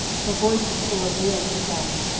her voice was full of real distress.